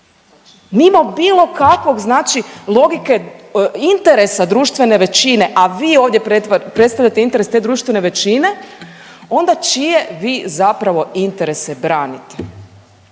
mimo bilo kakve znači logike interesa društvene većine, a vi ovdje predstavljate interes te društvene većine, onda čije vi zapravo interese branite.